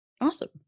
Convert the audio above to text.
Awesome